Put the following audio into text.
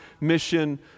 mission